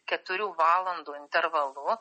keturių valandų intervalu